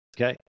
Okay